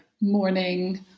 morning